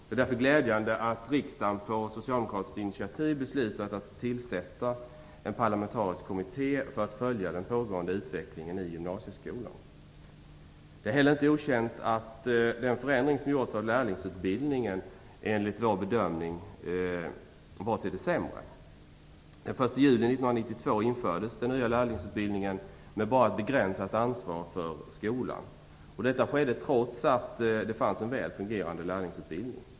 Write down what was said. Det är därför glädjande att riksdagen på socialdemokratiskt initiativ beslutat att tillsätta en parlamentarisk kommitté för att följa den pågående utvecklingen i gymnasieskolan. Det är heller inte okänt att den förändring som gjorts av lärlingsutbildningen var till det sämre, enligt vår bedömning. Den 1 juli 1992 infördes den nya lärlingsutbildningen med bara ett begränsat ansvar för skolan. Detta skedde trots att det fanns en väl fungerande lärlingsutbildning.